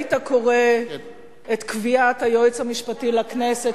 היית קורא את קביעת היועץ המשפטי לכנסת,